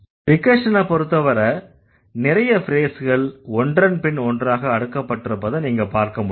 ரிகர்ஷனைப் பொறுத்தவரை நிறைய ஃப்ரேஸ்கள் ஒன்றன்பின் ஒன்றாக அடுக்கப்பட்டிருப்பதை நீங்க பார்க்க முடியும்